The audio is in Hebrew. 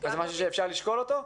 זה משהו שאפשר לשקול אותו?